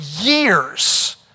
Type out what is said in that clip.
years